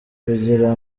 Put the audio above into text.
kugira